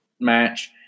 match